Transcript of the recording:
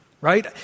right